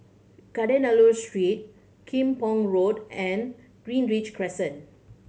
Kadayanallur Street Kim Pong Road and Greenridge Crescent